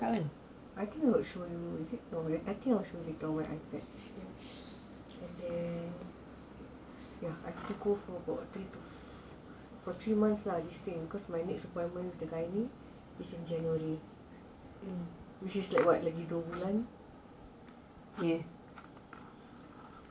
I think I will show you later later I forget and then for treatments lah this thing because my next appointment is in january which is like what lagi dua bulan